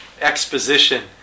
exposition